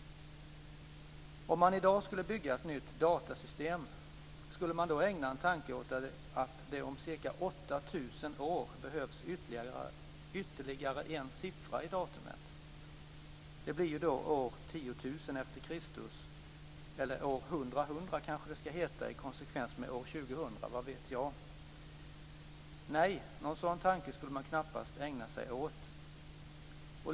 Om man i dag skulle bygga ett nytt datasystem - skulle man då ägna en tanke åt att det om ca 8 000 år behövs ytterligare en siffra i datumet? Det blir ju då år 10000 efter Kristus - "år hundrahundra" kanske det skall uttalas i konsekvens med "år tjugohundra" - vad vet jag? Nej, några sådana tankar skulle man knappast ägna sig åt.